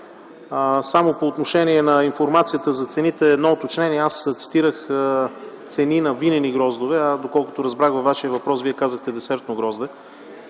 Само по отношение на информацията за цените – едно уточнение. Аз цитирах цени на винени сортове грозде, а доколкото разбрах от вашия отговор, Вие цитирате десертно грозде.